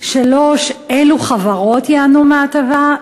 3. אילו חברות ייהנו מההטבה?